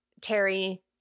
Terry